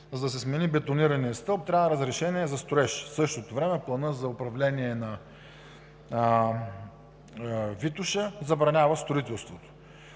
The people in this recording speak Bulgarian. за да се смени бетонираният стълб, трябва разрешение за строеж, а в същото време планът за управление на „Витоша“ забранява строителството.